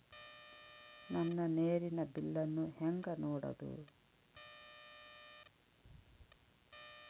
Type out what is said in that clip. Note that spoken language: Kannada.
ನನ್ನ ನೇರಿನ ಬಿಲ್ಲನ್ನು ಹೆಂಗ ನೋಡದು?